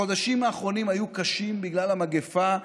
החודשים האחרונים היו קשים בגלל המגפה,